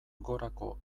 gorako